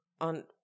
on